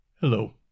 Hello